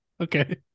Okay